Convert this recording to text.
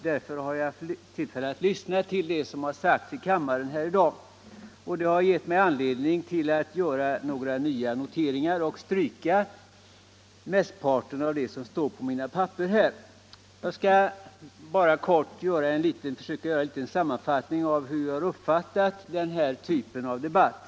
Därför har jag kunnat höra på det som har sagts här i kammaren, och det har gett mig anledning att göra några nya noteringar och stryka mestparten av det jag först hade skrivit. Jag skall bara försöka göra en liten sammanfattning av hur jag har uppfattat den här typen av debatt.